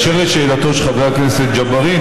אשר לשאלתו של חבר הכנסת ג'בארין,